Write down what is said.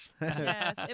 Yes